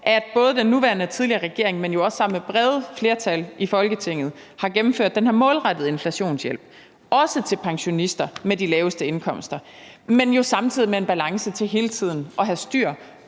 på. Både den nuværende og tidligere regering, men også sammen med brede flertal i Folketinget, har gennemført den her målrettede inflationshjælp, også til pensionister med de laveste indkomster, og samtidig med en balance for hele tiden at have styr